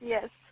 Yes